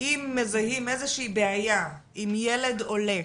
מזהים איזושהי בעיה עם ילד עולה,